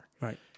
Right